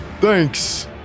Thanks